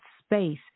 space